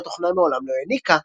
שהתוכנה מעולם לא העניקה,